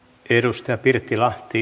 kiitoksia kaikille